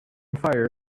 fire